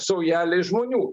saujelei žmonių